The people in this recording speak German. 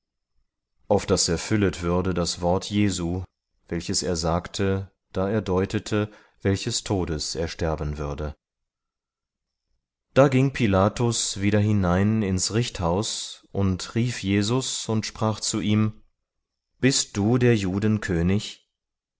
auf das erfüllet würde das wort jesu welches er sagte da er deutete welches todes er sterben würde da ging pilatus wieder hinein ins richthaus und rief jesus und sprach zu ihm bist du der